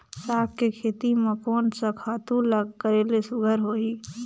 साग के खेती म कोन स खातु ल करेले सुघ्घर होही?